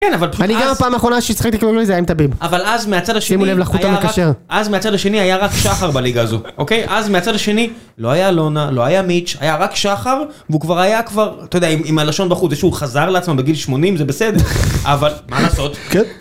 כן אבל... אני גם פעם האחרונה ששחקתי כמו לאיזה עם תביב. אבל אז מהצד השני היה רק... אז מהצד השני היה רק שחר בליגה הזו אוקיי? אז מהצד השני לא היה לונה, לא היה מיץ' היה רק שחר והוא כבר היה כבר... אתה יודע, אם הלשון בחוץ הוא חזר לעצמה בגיל שמונים זה בסדר אבל... מה לעשות?